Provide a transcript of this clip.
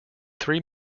three